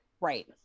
Right